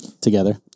Together